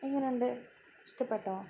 എങ്ങനെയുണ്ട് ഇഷ്ടപ്പെട്ടോ